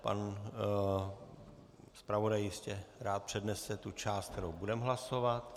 Pan zpravodaj jistě rád přednese tu část, kterou budeme hlasovat.